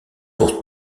pour